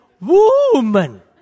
woman